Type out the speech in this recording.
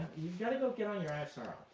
you've got to go get on your eye of sauron.